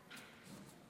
סלימאן.